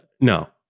No